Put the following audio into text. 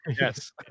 Yes